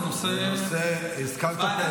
זה נושא, אוי לנו.